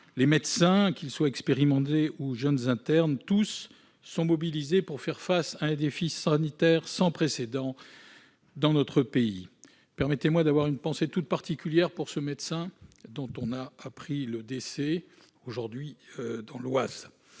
les médecins, qu'ils soient expérimentés ou jeunes internes. Tous sont mobilisés pour faire face à un défi sanitaire sans précédent dans notre pays. J'ai une pensée toute particulière pour ce médecin dont on a appris le décès aujourd'hui dans l'Oise.